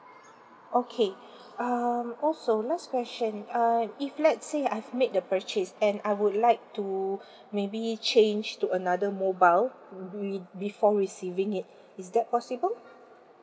okay um also last question um if let's say I've make the purchase and I would like to maybe change to another mobile maybe before receiving it is that possible